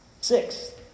Six